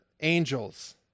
angels